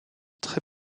très